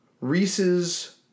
Reese's